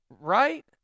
right